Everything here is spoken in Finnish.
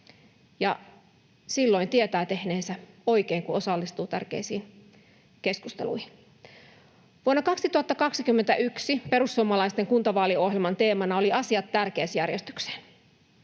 silloin tietää tehneensä oikein, kun osallistuu tärkeisiin keskusteluihin. Vuonna 2021 perussuomalaisten kuntavaaliohjelman teemana oli asiat tärkeysjärjestykseen,